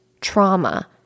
trauma